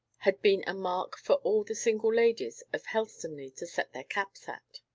had been a mark for all the single ladies of helstonleigh to set their caps at.